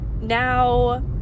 Now